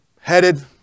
Headed